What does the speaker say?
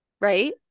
right